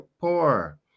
poor